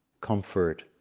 comfort